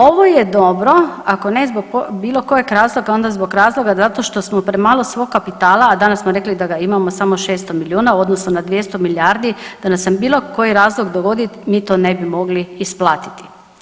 Ovo je dobro ako ne zbog bilo kojeg razloga onda zbog razloga zato što smo premalo svog kapitala, a danas smo rekli da ga imamo samo 600 miliona u odnosu na 200 milijardi, da nam se bilo koji razlog dogodi mi to ne bi mogli isplatiti.